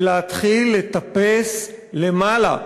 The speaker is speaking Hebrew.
להתחיל לטפס למעלה,